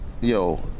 Yo